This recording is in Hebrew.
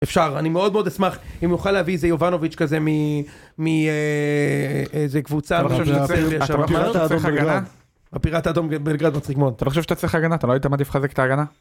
אפשר, אני מאוד מאוד אשמח אם יוכל להביא איזה יובנוביץ' כזה מאיזה קבוצה... אתה לא חושב שאתה צריך הגנה? הפיראט האדום בלגרד, מצחיק מאד. אתה לא חושב שאתה צריך הגנה? אתה לא היית מעדיף לחזק את ההגנה?